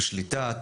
שליטה,